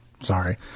Sorry